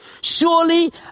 Surely